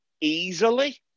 easily